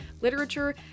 literature